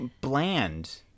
bland